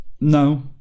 No